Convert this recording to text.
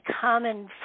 common